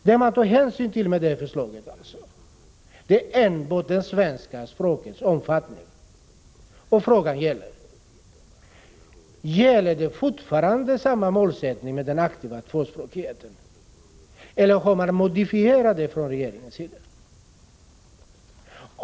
Det man tar hänsyn till i det här förslaget är enbart omfattningen av undervisning i svenska språket. Jag frågar: Gäller fortfarande samma målsättning för den aktiva tvåspråkigheten, eller har man modifierat den från regeringens sida?